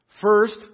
First